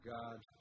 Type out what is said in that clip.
God